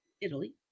Italy